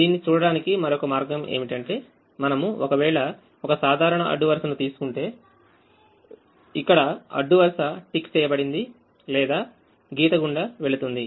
దీన్ని చూడటానికి మరొక మార్గం ఏమిటంటే మనము ఒకవేళ ఒక సాధారణఅడ్డు వరుసను తీసుకుంటే ఇక్కడ అడ్డు వరుస టిక్ చేయబడింది లేదా గీత గుండా వెళుతుంది